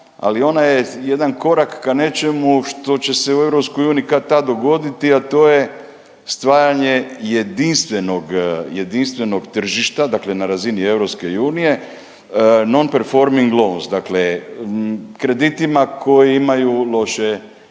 ali ona je jedan korak ka nečemu što će se u EU kad-tad dogoditi, a to je stvaranje jedinstvenog tržišta, dakle na razini EU non performing loans, dakle kreditima koji imaju loše, dakle